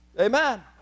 Amen